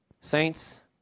Saints